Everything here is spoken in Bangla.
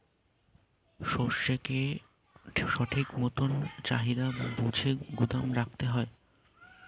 শস্যকে ঠিক মতন চাহিদা বুঝে গুদাম রাখতে হয়